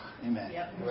Amen